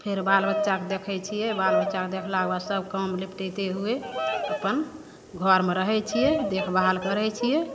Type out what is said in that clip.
फेर बाल बच्चाके देखय छियै बाल बच्चाके देखलाके बाद सब काम निपटेतय हुवै अपन घरमे रहय छियै देखभाल करय छियै